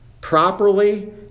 properly